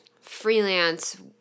freelance